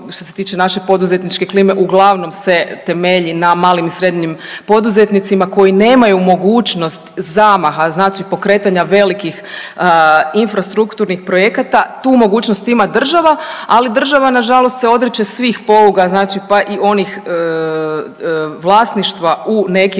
što se tiče naše poduzetničke klime uglavnom se temelji na malim i srednjim poduzetnicima koji nemaju mogućnost zamaha znači pokretanja velikih infrastrukturnih projekata, tu mogućnost ima država, ali država nažalost se odriče svih poluga, znači pa i onih vlasništva u nekim